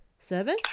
Service